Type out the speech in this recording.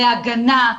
להגנה,